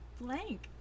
blank